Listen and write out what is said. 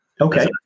Okay